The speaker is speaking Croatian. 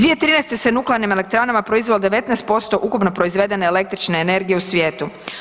2013. se nuklearnim elektranama proizvelo 19% ukupno proizvedene električne energije u svijetu.